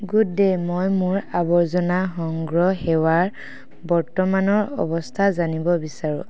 good day মই মোৰ আৱৰ্জনা সংগ্ৰহ সেৱাৰ বৰ্তমানৰ অৱস্থা জানিব বিচাৰোঁ